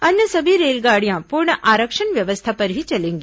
अन्य सभी रेलगाड़ियां पूर्ण आरक्षण व्यवस्था पर ही चलेंगी